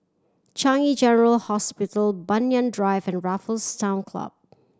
Changi General Hospital Banyan Drive and Raffles Town Club